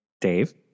Dave